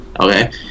Okay